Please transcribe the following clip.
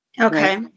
Okay